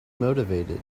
motivated